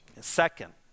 Second